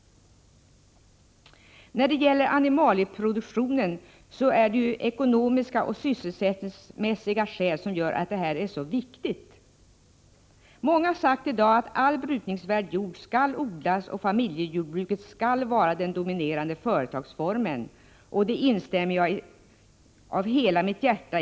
När det gäller animalieproduktionen är det ju ekonomiska och sysselsättningsekonomiska skäl som gör att den är så viktig. Många har sagt i dag att all brukningsvärd jord skall odlas och att familjejordbruket skall vara den dominerande företagsformen. Det instämmer jag i av hela mitt hjärta.